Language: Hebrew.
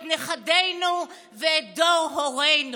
את נכדינו ואת דור הורינו.